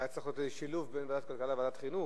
היה צריך להיות איזה שילוב בין ועדת הכלכלה לוועדת החינוך,